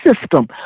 system